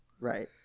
Right